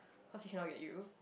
cause he cannot get you